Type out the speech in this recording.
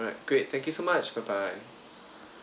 alright great thank you so much bye bye